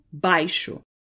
baixo